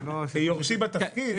הוא יורשי בתפקיד.